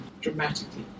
dramatically